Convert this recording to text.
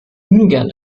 ungern